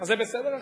אז זה בסדר עכשיו?